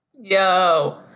Yo